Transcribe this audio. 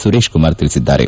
ಸುರೇಶ್ಕುಮಾರ್ ತಿಳಿಸಿದ್ದಾರೆ